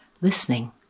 listening